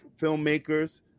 filmmakers